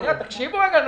תקשיבו רגע.